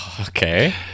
Okay